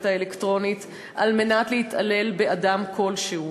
האלקטרונית על מנת להתעלל באדם כלשהו,